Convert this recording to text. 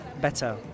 better